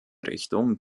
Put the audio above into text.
richtung